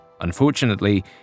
Unfortunately